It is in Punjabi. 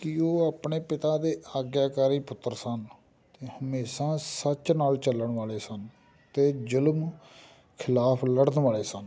ਕਿ ਉਹ ਆਪਣੇ ਪਿਤਾ ਦੇ ਆਗਿਆਕਾਰੀ ਪੁੱਤਰ ਸਨ ਅਤੇ ਹਮੇਸ਼ਾ ਸੱਚ ਨਾਲ ਚੱਲਣ ਵਾਲੇ ਸਨ ਅਤੇ ਜ਼ੁਲਮ ਖਿਲਾਫ਼ ਲੜਨ ਵਾਲੇ ਸਨ